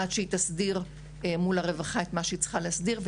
עד שהיא תסדיר את מה שהיא צריכה להסדיר מול הרווחה